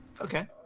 okay